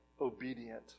obedient